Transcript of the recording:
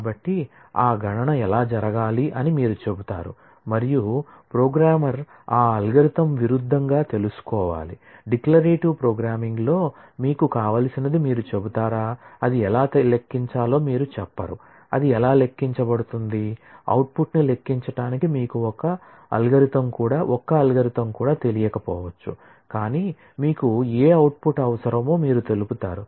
కాబట్టి ఆ గణన ఎలా జరగాలి అని మీరు చెప్తారు మరియు ప్రోగ్రామర్ కూడా తెలియకపోవచ్చు కానీ మీకు ఏ అవుట్పుట్ అవసరమో మీరు తెలుపుతారు